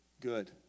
good